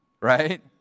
right